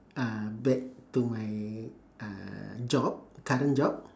uh back to my uh job current job